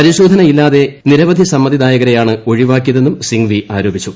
പരിശോധനയില്ലാതെ നിരവധി സമ്മതിദായകരെയാണ് ഒഴിവാക്കിയതെന്നും സിംഗ്വി ആരോപിച്ചു